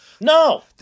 No